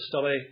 study